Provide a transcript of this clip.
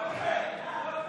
ההצעה